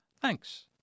Thanks